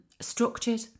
structured